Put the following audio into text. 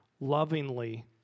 lovingly